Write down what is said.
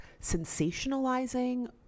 sensationalizing